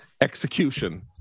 execution